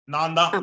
Nanda